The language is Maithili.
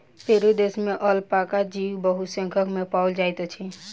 पेरू देश में अलपाका जीव बहुसंख्या में पाओल जाइत अछि